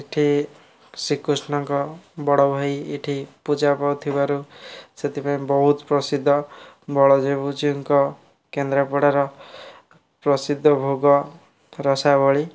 ଏଠି ଶ୍ରୀକୃଷ୍ଣଙ୍କ ବଡ଼ ଭାଇ ଏଠି ପୂଜା ପାଉଥିବାରୁ ସେଥିପାଇଁ ବହୁତ ପ୍ରସିଦ୍ଧ ବଳଦେବଜୀଙ୍କ କେନ୍ଦ୍ରାପଡ଼ାର ପ୍ରସିଦ୍ଧ ଭୋଗ ରସାବଳୀ